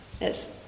Yes